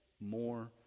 more